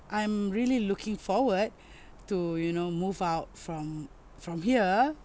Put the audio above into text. I'm really looking forward to you know move out from from here